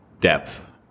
depth